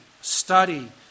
study